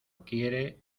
quiere